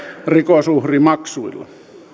rikosuhrimaksuilla